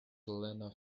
lena